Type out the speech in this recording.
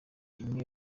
imwe